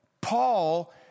paul